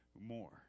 More